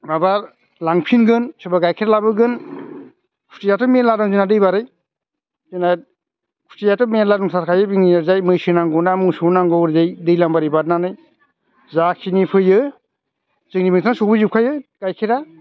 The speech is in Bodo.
माबा लांफिनगोन सोरबा गाइखेर लाबोगोन फुथियाथ' मेरला दं जोंना दैबारै जोंना फुथियाथ' मेरला दंथारखायो जोंनि ओरैजाय मैसो नांगौ ना मोसौ नांगौ दैज्लांबारि बारनानै जाखिनि फैयो जोंनि बेथिंना सौहैजोबखायो गाइखेरा